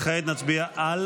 כעת נצביע על